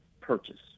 purchase